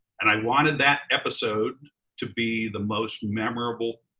and i wanted that episode to be the most memorable,